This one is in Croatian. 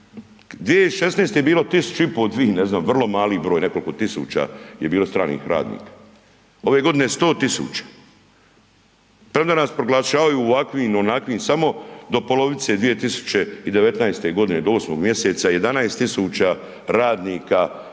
2016. je bilo 1500, dvi, ne znam, vrlo mali broj nekolko tisuća je bilo stranih radnika, ove godine 100 000, premda nas proglašavaju ovakvim, onakvim, samo do polovice 2019.g. do 8. mjeseca 11000 radnika iz